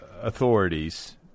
authorities